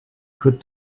could